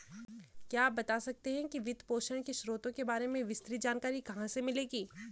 क्या आप बता सकते है कि वित्तपोषण के स्रोतों के बारे में विस्तृत जानकारी कहाँ से मिलेगी?